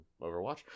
Overwatch